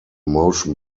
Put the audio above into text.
motion